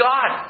God